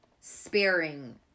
sparing